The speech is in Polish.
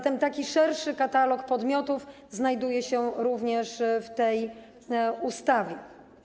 Taki szerszy katalog podmiotów znajduje się zatem również w tej ustawie.